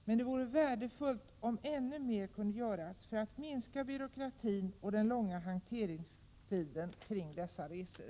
Men det vore värdefullt om ännu mera kunde göras för att minska byråkratin och den långa hanteringstiden beträffande dessa resor.